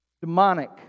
Demonic